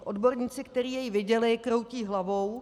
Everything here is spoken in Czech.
Odborníci, který jej viděli, kroutí hlavou.